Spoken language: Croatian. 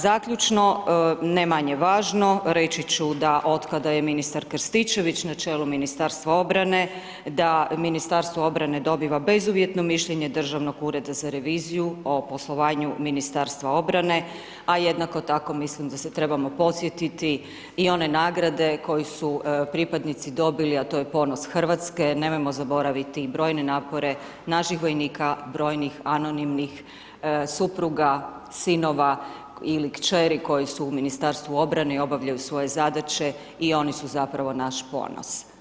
Zaključno, ne manje važno, reći ću da otkada je ministar Krstičević, na čelu Ministarstva obrane da Ministarstvo obrane dobiva bezuvjetno mišljenje Državnog ureda za reviziju o poslovanju Ministarstva obrane, a jednako tako mislim da se trebamo podsjetiti i one nagrade, koju su pripadnici dobili, a to je Ponos Hrvatske, nemojmo zaboraviti brojne napore naših vojnika, brojnih anonimnih supruga, sinova ili kćeri koji su u Ministarstvu obrane i obavljaju svoje zadaće i oni su zapravo naš ponos.